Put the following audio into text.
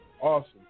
Awesome